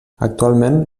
actualment